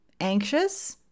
anxious